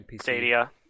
Stadia